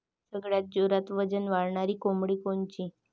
सगळ्यात जोरात वजन वाढणारी कोंबडी कोनची?